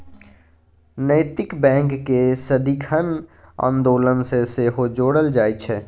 नैतिक बैंककेँ सदिखन आन्दोलन सँ सेहो जोड़ल जाइत छै